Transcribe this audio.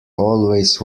always